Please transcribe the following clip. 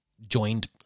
joined